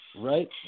Right